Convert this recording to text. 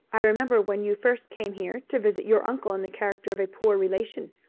i remember when you first came here to visit your uncle in the character of a poor relation.